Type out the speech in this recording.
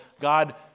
God